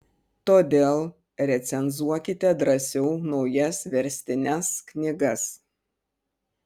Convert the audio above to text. todėl recenzuokite drąsiau naujas verstines knygas